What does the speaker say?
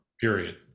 period